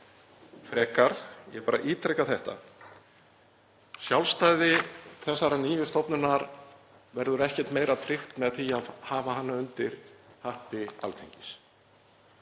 frekar. Ég bara ítreka þetta: Sjálfstæði þessarar nýju stofnunar verður ekkert meira tryggt með því að hafa hana undir hatti Alþingis.